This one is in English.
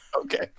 Okay